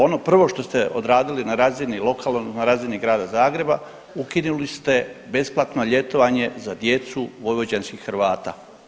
Ono prvo što ste odradili na razini lokalnoj, na razini grada Zagreba ukinuli ste besplatno ljetovanje za djecu vojvođanskih Hrvata.